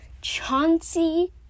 Chauncey